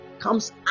comes